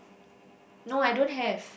no I don't have